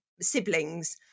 siblings